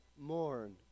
mourn